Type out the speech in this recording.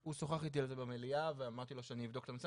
הוא שוחח איתי על זה במליאה ואמרתי לו שאני אבדוק את הנושא.